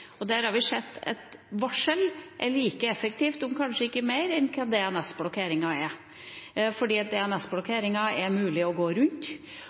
Der har vi sett at et varsel er like effektivt som det DNS-blokkeringen er, om kanskje ikke mer, for DNS-blokkeringen er det mulig å gå rundt,